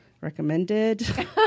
recommended